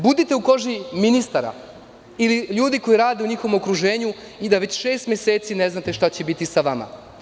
Budite u koži ministara ili ljudi koji rade u njihovom okruženju i da već šest meseci ne znate šta će biti sa vama.